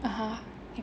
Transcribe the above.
(uh huh)